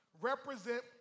represent